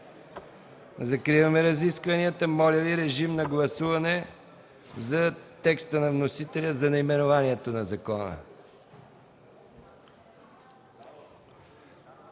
Закривам разискванията. Моля, гласувайте за текста на вносителя за наименованието на закона.